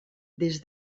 des